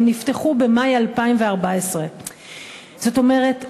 הם נפתחו במאי 2014. זאת אומרת,